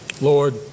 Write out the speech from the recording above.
Lord